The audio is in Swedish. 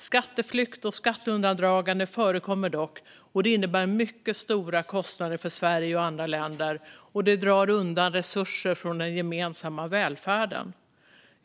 Skatteflykt och skatteundandragande förekommer dock och innebär mycket stora kostnader för Sverige och andra länder och drar undan resurser från den gemensamma välfärden.